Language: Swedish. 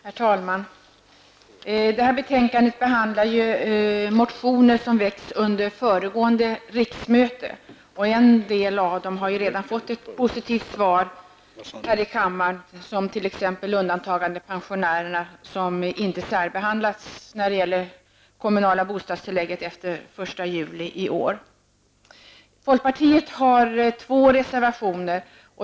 Herr talman! I det här betänkandet behandlas ju motioner som väcktes under föregående riksmöte. En del av dem har redan fått ett positivt svar här i kammaren. Det gäller t.ex. Folkpartiet har två reservationer.